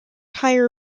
higher